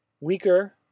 weaker